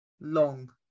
Long